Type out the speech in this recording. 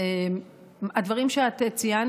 הדברים שציינת,